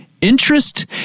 Interest